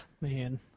man